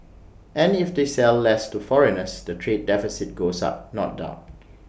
and if they sell less to foreigners the trade deficit goes up not down